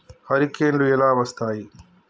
హరికేన్లు ఎలా వస్తాయి?